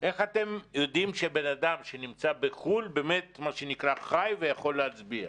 כל מה שאמרתי עד עכשיו, כל מילה אמת, תאמיני לי.